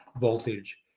voltage